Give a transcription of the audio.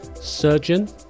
Surgeon